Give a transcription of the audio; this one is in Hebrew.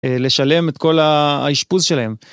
לשלם את כל האישפוז שלהם.